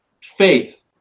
Faith